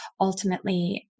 ultimately